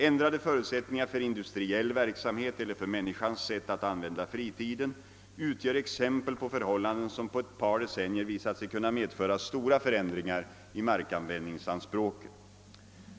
ändrade förutsättningar för industriell verksamhet eller för människans sätt att använda fritiden utgör exempel på förhållanden som på ett par decennier visat sig kunna medföra stora förändringar i markanvändningsanspråken.